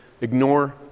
Ignore